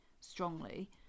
strongly